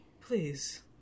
please